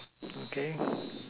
okay